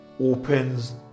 opens